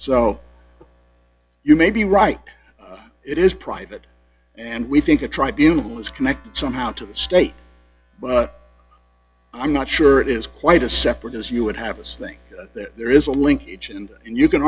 so you may be right it is private and we think the tribunals connected somehow to the state but i'm not sure it is quite a separate as you would have us think that there is a linkage and you can